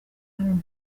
hano